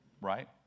right